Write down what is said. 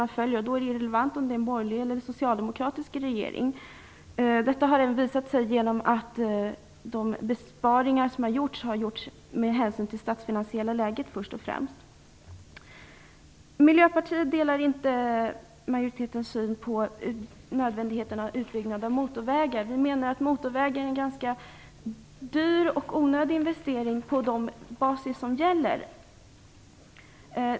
Det är då irrelevant om det är en borgerlig eller en socialdemokratisk regering. Det har visat sig genom att de besparingar som har gjorts först och främst har gjorts med hänsyn till det statsfinansiella läget. Miljöpartiet delar inte majoritetens syn på nödvändigheten av utbyggnad av motorvägar. Vi menar att motorvägar är en ganska dyr och onödig investering.